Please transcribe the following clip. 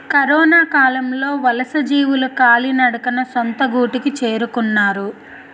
కరొనకాలంలో వలసజీవులు కాలినడకన సొంత గూటికి చేరుకున్నారు